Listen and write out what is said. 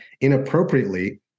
inappropriately